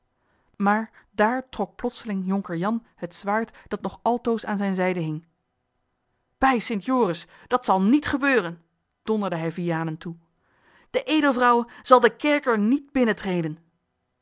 maar daar trok plotseling jonker jan het zwaard dat nog altoos aan zijne zijde hing bij st joris dat zal niet gebeuren donderde hij vianen toe de edelvrouwe zal den kerker niet